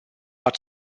but